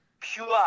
pure